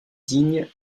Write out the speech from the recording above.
digne